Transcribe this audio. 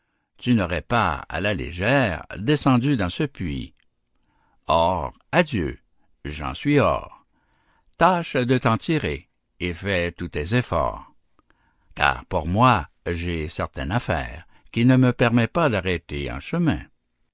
tu n'aurais pas à la légère descendu dans ce puits or adieu j'en suis hors tâche de t'en tirer et fais tous les efforts car pour moi j'ai certaine affaire qui ne me permet pas d'arrêter en chemin